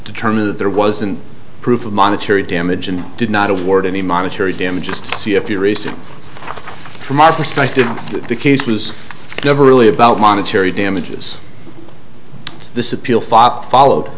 determine that there wasn't proof of monetary damage and did not award any monetary damages see if you receive from our perspective the case was never really about monetary damages this appeal for followed